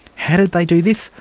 how did they do this?